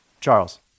Charles